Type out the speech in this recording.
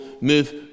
move